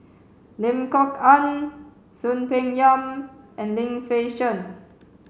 Lim Kok Ann Soon Peng Yam and Lim Fei Shen